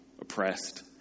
oppressed